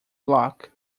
block